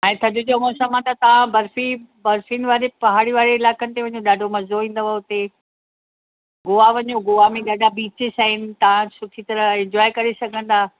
ऐं थधि जो मौसमु आहे त तव्हां बर्फी बर्फिन वारी पहाड़ी वारी इलाइक़नि ते वञो ॾाढो मज़ो ईंदव उते गोवा वञो गोआ में ॾाढा बीचिस आहिनि तव्हां सुठी तरह एंजॉए करे सघंदा